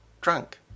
drunk